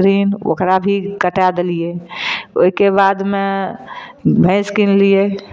ऋण ओकरा भी कटा देलिऐ ओहिके बादमे भैंस कीनलिऐ